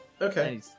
Okay